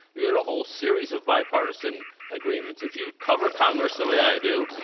you had a whole series of bipartisan agreements. if you cover congress the way i do,